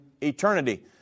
eternity